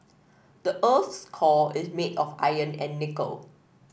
the earth's core is made of iron and nickel